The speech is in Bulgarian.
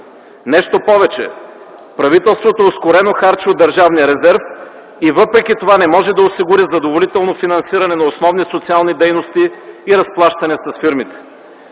Нещо повече, правителството ускорено харчи от държавния резерв и въпреки това не може да осигури задоволително финансиране на основни социални дейности и разплащане с фирмите.